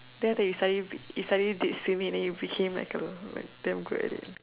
then after that you suddenly you suddenly did swimming then you became like a damn good at it